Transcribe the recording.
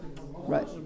Right